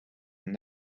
and